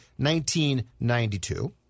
1992